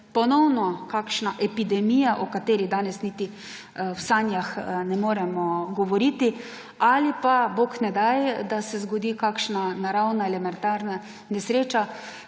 ponovno kakšna epidemija, o kateri danes niti v sanjah ne moremo govoriti, ali pa, bog ne daj, da se zgodi kakšna naravna elementarna nesreča,